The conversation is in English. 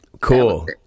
Cool